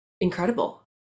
incredible